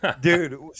Dude